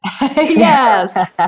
Yes